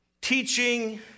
teaching